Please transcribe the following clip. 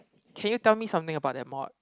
can you tell me something about that mock